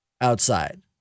outside